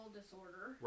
disorder